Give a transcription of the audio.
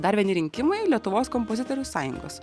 dar vieni rinkimai lietuvos kompozitorių sąjungos